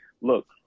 look